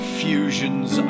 fusions